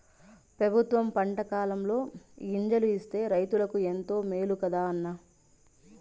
పెబుత్వం పంటకాలంలో గింజలు ఇస్తే రైతులకు ఎంతో మేలు కదా అన్న